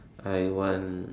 I want